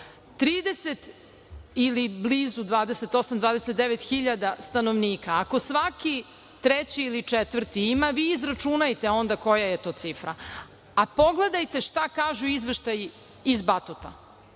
30 ili blizu 28, 29 hiljada stanovnika. Ako svaki treći ili četvrti ima, vi izračunajte onda koja je to cifra. A, pogledajte šta kažu izveštaji iz Batuta